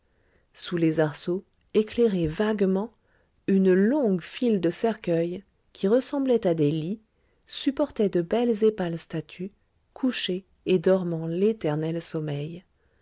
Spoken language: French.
sous les arceaux éclairés vaguement une longue file de cercueils qui ressemblaient à des lits supportaient de belles et pâles statues couchées et dormant l'éternel sommeil